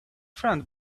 friend